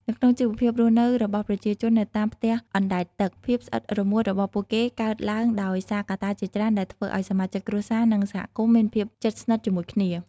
នៅក្នុងជីវភាពរស់នៅរបស់ប្រជាជននៅតាមផ្ទះអណ្ដែតទឹក ភាពស្អិតរមួតរបស់ពួកគេកើតឡើងដោយសារកត្តាជាច្រើនដែលធ្វើឲ្យសមាជិកគ្រួសារ និងសហគមន៍មានភាពជិតស្និទ្ធជាមួយគ្នា។